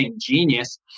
genius